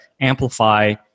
amplify